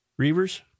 Reavers